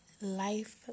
life